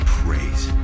praise